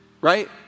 right